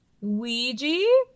Ouija